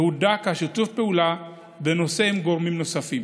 הודק שיתוף הפעולה בנושא עם גורמים נוספים.